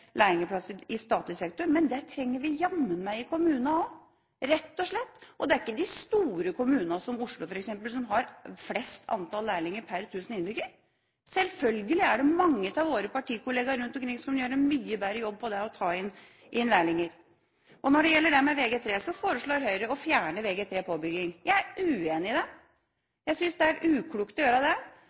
lærlingplasser i statlig sektor. Men det trenger vi jammen i kommunene også, rett og slett. Det er ikke de store kommunene – som Oslo, f.eks. – som har flest antall lærlinger per 1 000 innbyggere. Selvfølgelig er det mange av våre partikolleger rundt omkring som gjør en mye bedre jobb når det gjelder det å ta inn lærlinger. Når det gjelder Vg3, foreslår Høyre å fjerne Vg3 påbygging. Jeg er uenig i det, jeg synes det er uklokt å gjøre det.